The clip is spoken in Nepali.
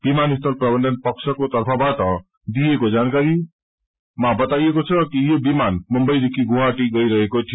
विमानस्थल प्रबन्धनको तर्फबाट दिइएको जानकारीमा बताइएको छ कि यो विमान मुम्बईदेखि गुवाहाटी गइरहेको थियो